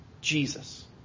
Jesus